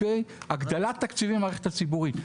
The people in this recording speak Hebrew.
הגדלת תקציבים במערכת הציבורית.